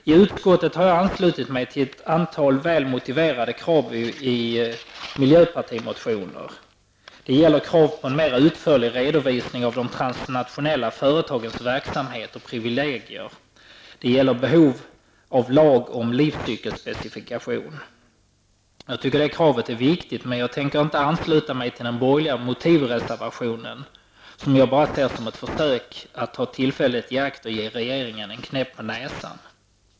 I utskottet har jag anslutit mig till ett antal välmotiverade krav i motioner från miljöpartiet. Det gäller krav på mera utförlig redovisning av de transnationella företagens verksamheter och privilegier. Det gäller behovet av lag om livscykelspecifikation. Jag tycker att det kravet är viktigt, men jag tänker inte ansluta mig till den borgerliga motivreservationen, som jag bara ser som ett försök att ta tillfället i akt att ge regeringen en knäpp på näsan.